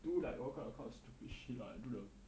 do like all kind what kind of stupid shit lah do the